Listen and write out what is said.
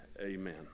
Amen